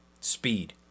Speed